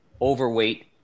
overweight